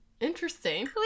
Interesting